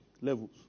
levels